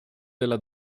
della